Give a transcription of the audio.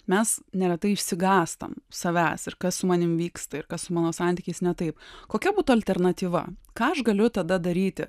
mes neretai išsigąstam savęs ir kas su manim vyksta ir kas su mano santykiais ne taip kokia būtų alternatyva ką aš galiu tada daryti